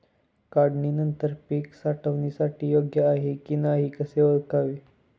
काढणी नंतर पीक साठवणीसाठी योग्य आहे की नाही कसे ओळखावे?